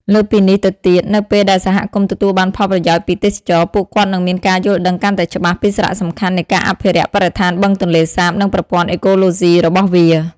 លើសពីនេះទៅទៀត នៅពេលដែលសហគមន៍ទទួលបានផលប្រយោជន៍ពីទេសចរណ៍ ពួកគាត់នឹងមានការយល់ដឹងកាន់តែច្បាស់ពីសារៈសំខាន់នៃការអភិរក្សបរិស្ថានបឹងទន្លេសាប និងប្រព័ន្ធអេកូឡូស៊ីរបស់វា។